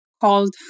called